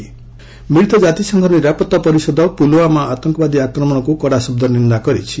UNSC ମିଳିତ ଜାତିସଂଘର ନିରାପତ୍ତା ପରିଷଦ ପୁଲୁୱ୍ୱାମା ଆତଙ୍କବାଦୀ ଆକ୍ମଣକୁ କଡ଼ା ଶବ୍ଦରେ ନିନ୍ଦା କରିଛି